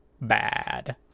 bad